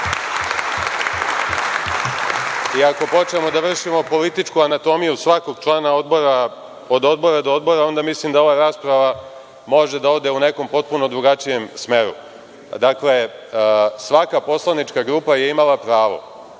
i ako počnemo da vršimo političku anatomiju svakog člana odbora od odbora do odbora, onda mislim da ova rasprava može da ode u nekom potpuno drugačijem smeru. Dakle, svaka poslanička grupa je imala pravo